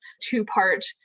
two-part